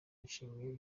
bishimira